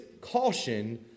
caution